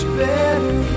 better